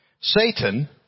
Satan